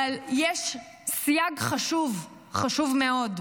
אבל יש סייג חשוב, חשוב מאוד.